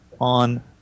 on